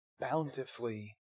bountifully